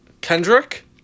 Kendrick